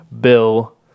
Bill